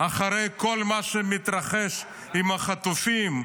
אחרי כל מה שמתרחש עם החטופים,